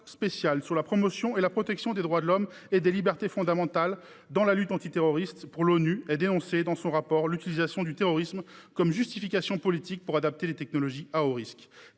sur la promotion et la protection des droits de l'homme et des libertés fondamentales dans la lutte antiterroriste ait dénoncé l'utilisation du terrorisme comme justification politique pour adopter des technologies à haut risque.